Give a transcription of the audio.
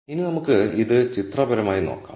ഇനി നമുക്ക് ഇത് ചിത്രപരമായി നോക്കാം